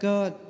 God